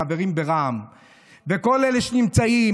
החברים ברע"מ וכל אלה שנמצאים,